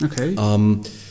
Okay